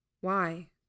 Why